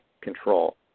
control